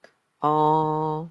oh